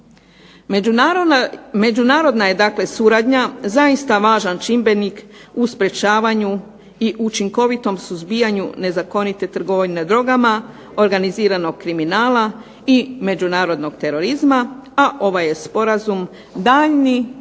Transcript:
Međunarodna je dakle suradnja zaista važan čimbenik u sprečavanju i učinkovitom suzbijanju nezakonite trgovine drogama, organiziranog kriminala i međunarodnog terorizma, a ovaj je sporazum daljnji